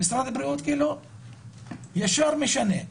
משרד הבריאות ישר משנה,